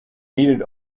needed